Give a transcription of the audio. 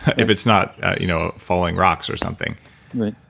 if it's not you know falling rocks or something right